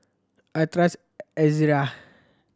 I trust Ezerra